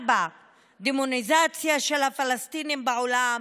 4. דמוניזציה של הפלסטינים בעולם,